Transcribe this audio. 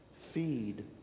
feed